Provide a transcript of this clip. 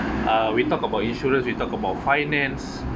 uh we talk about insurance we talk about finance